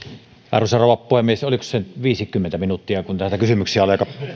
arvoisa rouva puhemies oliko se nyt viisikymmentä minuuttia kun näitä kysymyksiä oli aika